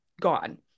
gone